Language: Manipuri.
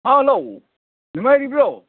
ꯍꯜꯂꯣ ꯅꯨꯡꯉꯥꯏꯔꯤꯕ꯭ꯔꯣ